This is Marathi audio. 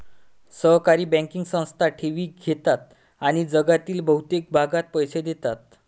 सहकारी बँकिंग संस्था ठेवी घेतात आणि जगातील बहुतेक भागात पैसे देतात